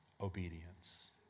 Obedience